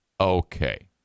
Okay